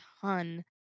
ton